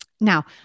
now